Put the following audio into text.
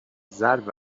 زرد